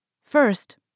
First